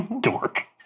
Dork